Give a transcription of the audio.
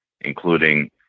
including